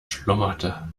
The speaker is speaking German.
schlummerte